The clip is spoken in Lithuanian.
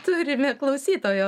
turime klausytojo